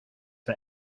for